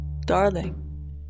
Darling